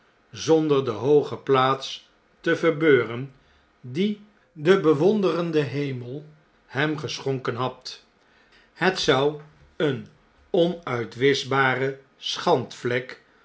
zonder de hooge plaats te verbeuren die de bewonderende hemel hem geschonken had het zou eene onuitwischbare